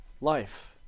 life